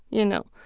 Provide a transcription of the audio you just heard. you know?